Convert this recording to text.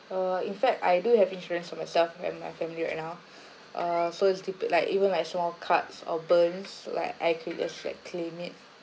uh in fact I do have insurance for myself with my family right now uh so it's depe~ like even like small cuts or burns like I could just like claim it